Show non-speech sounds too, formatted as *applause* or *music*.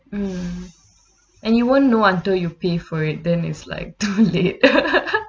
mm and you won't know until you pay for it then it's like too late *laughs*